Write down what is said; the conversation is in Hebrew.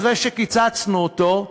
אחרי שקיצצנו אותו,